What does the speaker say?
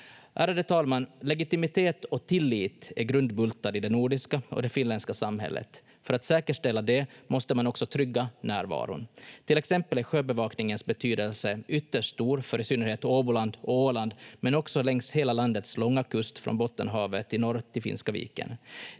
Ärade talman! Legitimitet och tillit är grundbultar i det nordiska och det finländska samhället. För att säkerställa det måste man också trygga närvaron. Till exempel är sjöbevakningens betydelse ytterst stor för i synnerhet Åboland och Åland, men också längs hela landets långa kust från Bottenhavet i norr till Finska viken.